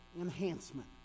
enhancement